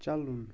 چلُن